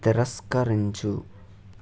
తిరస్కరించు